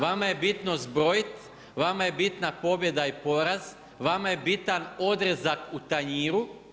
Vama je bitno zbrojit, vama je bitna pobjeda i poraz, vama je bitan odrezak u tanjiru.